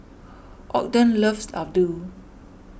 Ogden loves Ladoo